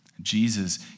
Jesus